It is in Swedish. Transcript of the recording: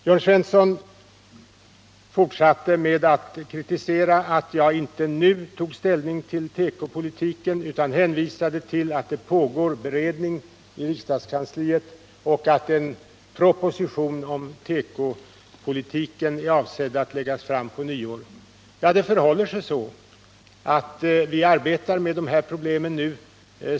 Jörn Svensson fortsatte med att kritisera att jag inte nu tog ställning till tekopolitiken utan bara hänvisade till att det pågår en beredning i riksdagskansliet och att en proposition om tekopolitiken är avsedd att läggas fram på nyåret. Men vi arbetar faktiskt med problemen nu.